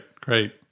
great